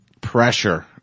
pressure